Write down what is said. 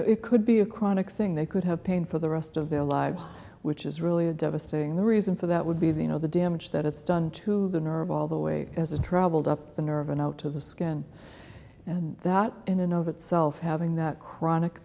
longer it could be a chronic thing they could have pain for the rest of their lives which is really a devastating the reason for that would be the you know the damage that it's done to the nerve all the way as a traveled up the nerve and out of the skin and that in and of itself having that chronic